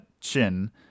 chin